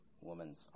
woman's